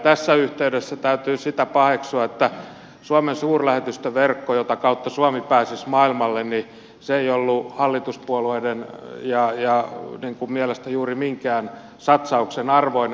tässä yhteydessä täytyy sitä paheksua että suomen suurlähetystöverkko jota kautta suomi pääsisi maailmalle ei ollut hallituspuolueiden mielestä juuri minkään satsauksen arvoinen